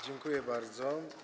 Dziękuję bardzo.